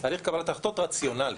תהליך קבלת החלטות רציונלי,